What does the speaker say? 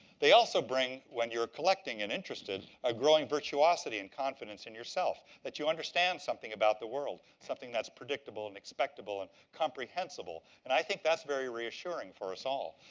they also bring, when you're collecting and interested, a growing virtuosity and confidence in yourself. that you understand something about the world. something that's predictable and expectable and comprehensible. and i think that's very reassuring for us all.